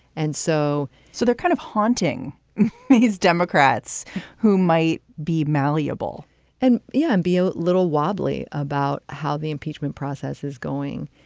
and so so they're kind of haunting these democrats who might be malleable and yeah, and maybe a little wobbly about how the impeachment process is going.